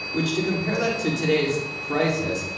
which to compare that to today's crisis,